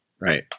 Right